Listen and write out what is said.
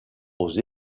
aux